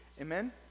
amen